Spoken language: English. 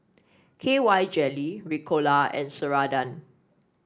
K Y Jelly Ricola and Ceradan